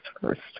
first